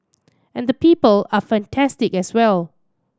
and the people are fantastic as well